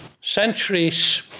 centuries